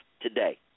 today